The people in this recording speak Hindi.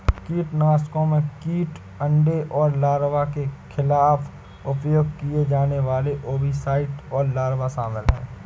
कीटनाशकों में कीट अंडे और लार्वा के खिलाफ उपयोग किए जाने वाले ओविसाइड और लार्वा शामिल हैं